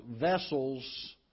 vessels